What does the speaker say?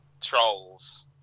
Trolls